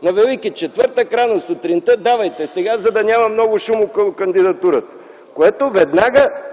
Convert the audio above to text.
Сега на Велики Четвъртък, рано сутринта, давайте сега, за да няма много шум около кандидатурата. Това веднага